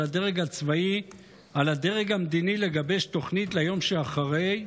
הדרג הצבאי על הדרג המדיני לגבש תוכנית ליום שאחרי,